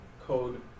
code